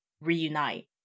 reunite